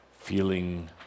feeling